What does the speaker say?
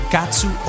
Katsu